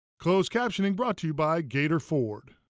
closed captioning brought to you by gator ford.